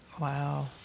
wow